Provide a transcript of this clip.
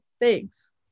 Thanks